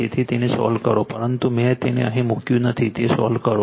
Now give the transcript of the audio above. તેથી તેને સોલ્વ કરો પરંતુ મેં તેને અહીં મૂક્યું નથી તે સોલ્વ કરો